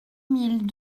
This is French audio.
mille